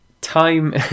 time